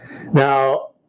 Now